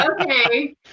okay